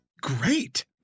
great